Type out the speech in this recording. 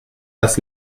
das